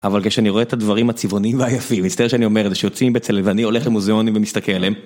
אבל כשאני רואה את הדברים הצבעונים והיפים, מצטער שאני אומר זה שיוצאים מבצלאל ואני הולך למוזיאונים ומסתכל עליהם,